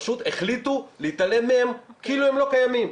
פשוט החליטו להתעלם מהם כאילו הם לא קיימים.